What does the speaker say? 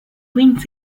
wings